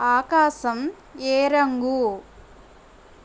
ఆకాశం ఏ రంగు